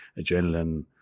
adrenaline